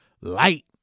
light